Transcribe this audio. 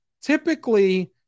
typically